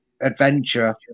adventure